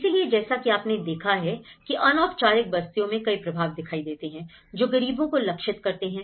इसलिए जैसा कि आपने देखा है कि अनौपचारिक बस्तियों में कई प्रभाव दिखाई देते हैं जो गरीबों को लक्षित करते हैं